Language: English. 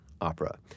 Opera